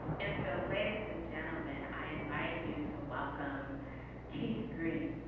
and so, ladies and gentlemen, i invite you to welcome keith green.